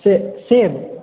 सेब सेब